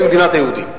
במדינת היהודים.